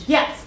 Yes